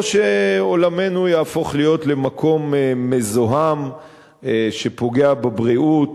או שעולמנו יהפוך להיות מקום מזוהם שפוגע בבריאות,